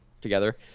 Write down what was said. together